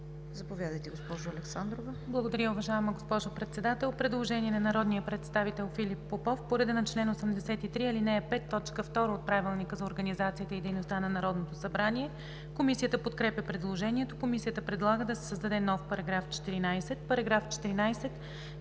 Заповядайте, госпожо Александрова.